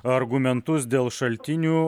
argumentus dėl šaltinių